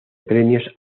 premios